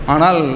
Anal